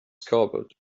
scabbard